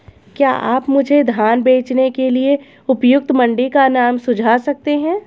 क्या आप मुझे धान बेचने के लिए उपयुक्त मंडी का नाम सूझा सकते हैं?